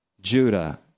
Judah